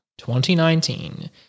2019